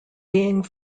being